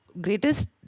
greatest